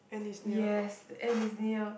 yes and it's near